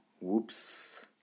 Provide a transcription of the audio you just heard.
Whoops